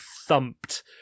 thumped